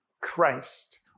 Christ